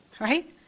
Right